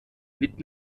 mit